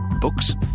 Books